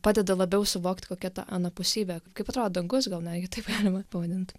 padeda labiau suvokt kokia ta anapusybė kaip atrodo dangus gal netgi taip galima pavadint